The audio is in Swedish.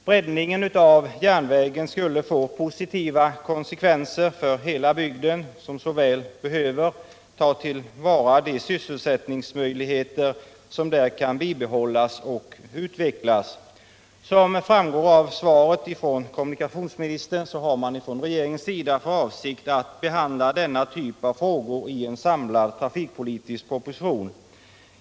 Breddningen av järnvägen skulle få positiva konsekvenser för hela bygden, som väl behöver ta till vara de sysselsättningsmöjligheter som där kan bibehållas och utvecklas. Som framgår av kommunikationsministerns svar har man från regeringens sida för avsikt att behandla denna typ av frågor i en samlad trafikpolitisk proposition.